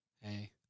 Hey